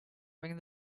ring